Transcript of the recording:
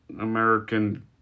American